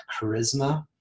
charisma